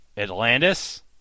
Atlantis